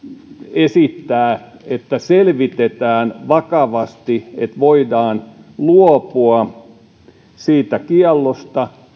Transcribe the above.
esittää että selvitetään vakavasti että voidaan luopua siitä kiellosta